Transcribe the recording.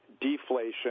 deflation